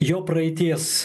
jo praeities